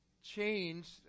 changed